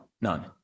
none